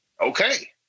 okay